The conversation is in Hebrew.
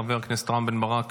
חבר הכנסת רם בן ברק,